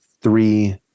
three